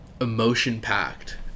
emotion-packed